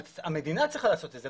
המדינה צריכה לעשות את זה.